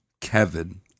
Kevin